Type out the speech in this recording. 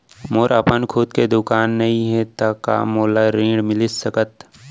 मोर अपन खुद के दुकान नई हे त का मोला ऋण मिलिस सकत?